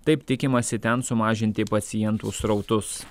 taip tikimasi ten sumažinti pacientų srautus